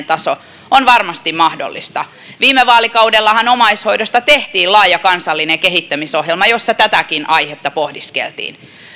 taso on varmasti mahdollista viime vaalikaudellahan omaishoidosta tehtiin laaja kansallinen kehittämisohjelma jossa tätäkin aihetta pohdiskeltiin